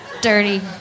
Dirty